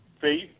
faith